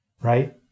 right